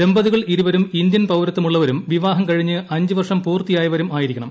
ദമ്പതികൾ ഇരുവരും ഇന്ത്യൻ പൌരത്വം ഉള്ളവരും വിവാഹം കഴിഞ്ഞ് അഞ്ച് വർഷം പൂർത്തിയായവരും ആയിരിക്കണം